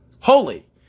Holy